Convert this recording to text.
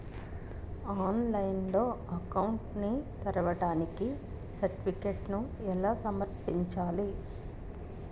ఆన్లైన్లో అకౌంట్ ని తెరవడానికి సర్టిఫికెట్లను ఎలా సమర్పించాలి?